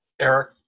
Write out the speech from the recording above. Eric